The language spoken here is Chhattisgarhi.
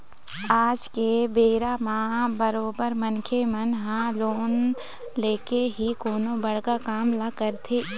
आज के बेरा म बरोबर मनखे मन ह लोन लेके ही कोनो बड़का काम ल करथे